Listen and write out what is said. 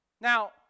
Now